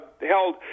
held –